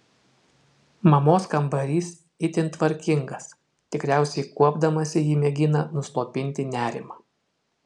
mamos kambarys itin tvarkingas tikriausiai kuopdamasi ji mėgina nuslopinti nerimą